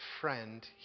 friend